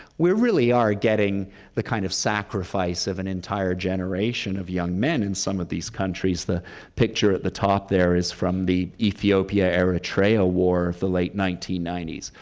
we really are getting the kind of sacrifice of an entire generation of young men in some of these countries. the picture at the top there is from the ethiopia-eritrea war of the late nineteen ninety s.